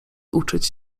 uczyć